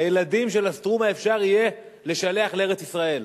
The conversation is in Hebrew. הילדים של "סטרומה", אפשר יהיה לשלח לארץ-ישראל,